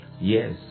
yes